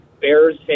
Bears